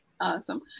Awesome